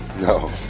No